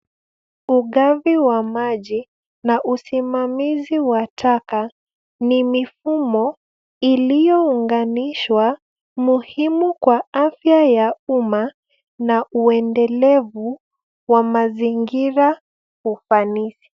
Ugavi wa maji na usimamizi wa taka ni mifumo iliyounganishwa muhimu kwa afya ya umma na uendelevu wa mazingira ufanisi.